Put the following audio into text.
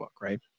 right